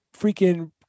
freaking